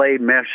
mesh